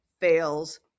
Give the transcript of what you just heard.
fails